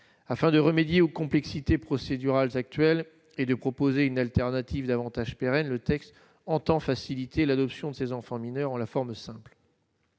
afin de remédier aux complexité procédurale actuelle et de proposer une alternative davantage pérennes, le texte entend faciliter l'adoption de ces enfants mineurs ont la forme simple.